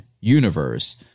universe